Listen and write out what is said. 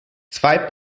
zwei